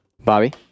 Bobby